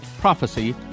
PROPHECY